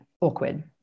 awkward